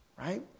Right